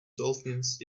dolphins